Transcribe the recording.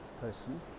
person